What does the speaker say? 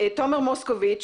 תומר מוסקוביץ',